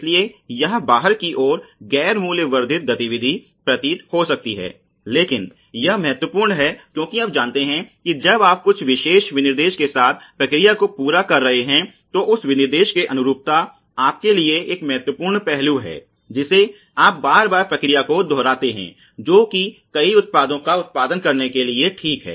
इसलिए यह बाहर की ओर गैर मूल्य वर्धित गतिविधि प्रतीत हो सकती है लेकिन यह महत्वपूर्ण है क्योंकि आप जानते हैं कि जब आप कुछ विशेष विनिर्देश के साथ प्रक्रिया को पूरा कर रहे हैं तो उस विनिर्देश के अनुरूपता आपके लिए एक महत्वपूर्ण पहलू है जिसे आप बार बार प्रक्रिया को दोहराते हैं जो कि कई उत्पादों का उत्पादन करने के लिए ठीक है